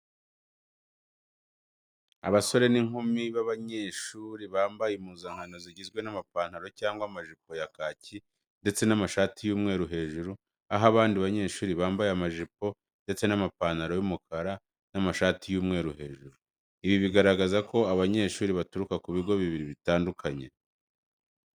Abasore n'inkumi b'abanyeshuri bambaye impuzankano zigizwe n'amapantaro cyangwa amajipo ya kaki ndetse n'amashati y'umweru hejuru, aho abandi banyeshuri bambaye amajipo ndetse n'amapantaro y'umukara n'amashati y'umweru hejuru. Ibi bigaragaza ko abanyeshuri baturuka ku bigo bibiri bitandukanye.